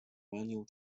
manual